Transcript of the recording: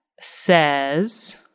says